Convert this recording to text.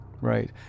right